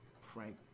Frank –